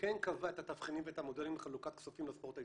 שכן קבע את התבחינים ואת המודלים לחלוקת כספים לספורט הישראלי.